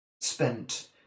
spent